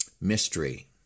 mystery